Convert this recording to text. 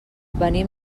venim